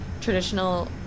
traditional